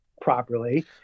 properly